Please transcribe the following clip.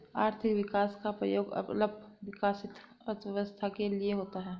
आर्थिक विकास का प्रयोग अल्प विकसित अर्थव्यवस्था के लिए होता है